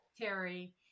Terry